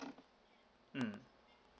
mm